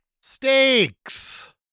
Steaks